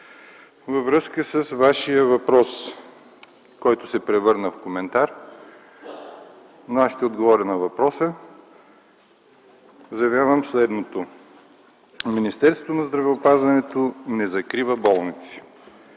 във връзка с Вашия въпрос, който се превърна в коментар, но аз ще отговоря на въпроса, заявявам следното: Министерството на здравеопазването не закрива болници.